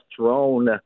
thrown –